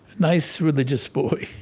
nice religious boy